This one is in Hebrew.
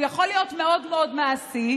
הוא יכול להיות מאוד מאוד מעשי.